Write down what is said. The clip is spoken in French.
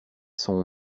sont